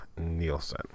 Nielsen